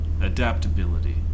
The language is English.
adaptability